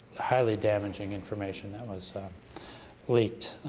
highly damaging information that was leaked,